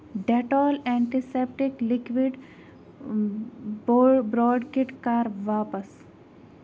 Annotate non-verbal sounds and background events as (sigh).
Dettol antiseptic liquid (unintelligible) broad kit کَر واپس